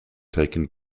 taken